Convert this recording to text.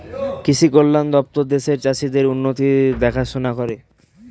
কৃষি কল্যাণ দপ্তর দেশের চাষীদের উন্নতির দেখাশোনা করে